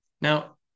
Now